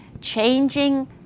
Changing